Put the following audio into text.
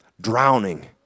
drowning